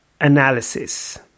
analysis